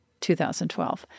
2012